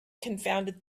confounded